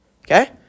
Okay